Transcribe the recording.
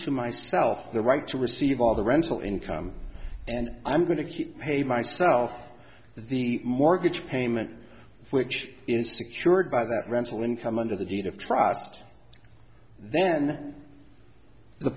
to myself the right to receive all the rental income and i'm going to keep pay myself that the mortgage payment which is secured by that rental income under the deed of trust then the